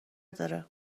داره